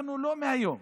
אנחנו לא מהיום,